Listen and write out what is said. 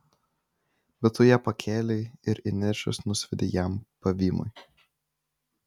bet tu ją pakėlei ir įniršęs nusviedei jam pavymui